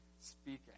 speaking